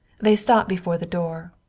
they stopped before the door,